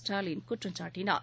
ஸ்டாலின் குற்றம் சாட்டினார்